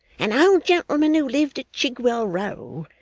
an old gentleman who lived at chigwell row,